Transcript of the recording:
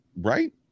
Right